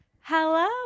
Hello